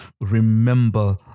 remember